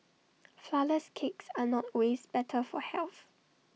Flourless Cakes are not ways better for health